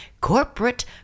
corporate